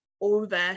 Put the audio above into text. over